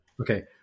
Okay